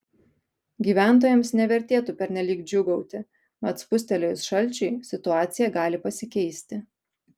gyventojams nevertėtų pernelyg džiūgauti mat spustelėjus šalčiui situacija gali pasikeisti